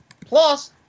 Plus